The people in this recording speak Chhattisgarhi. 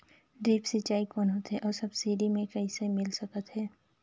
ड्रिप सिंचाई कौन होथे अउ सब्सिडी मे कइसे मिल सकत हे?